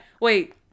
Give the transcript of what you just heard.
wait